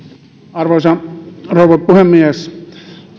arvoisa rouva puhemies